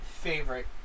favorite